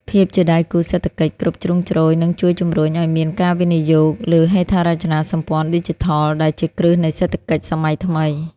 ភាពជាដៃគូសេដ្ឋកិច្ចគ្រប់ជ្រុងជ្រោយ នឹងជួយជំរុញឱ្យមានការវិនិយោគលើហេដ្ឋារចនាសម្ព័ន្ធឌីជីថល ដែលជាគ្រឹះនៃសេដ្ឋកិច្ចសម័យថ្មី។